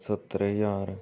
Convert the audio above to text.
ਸੱਤਰ ਹਜ਼ਾਰ